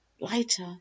Lighter